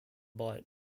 bite